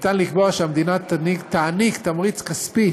ניתן לקבוע כי המדינה תעניק תמריץ כספי